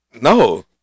No